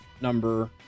number